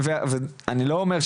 ואני לא אומר,